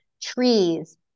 trees